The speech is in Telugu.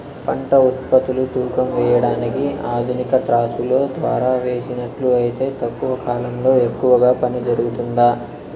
పంట ఉత్పత్తులు తూకం వేయడానికి ఆధునిక త్రాసులో ద్వారా వేసినట్లు అయితే తక్కువ కాలంలో ఎక్కువగా పని జరుగుతుందా?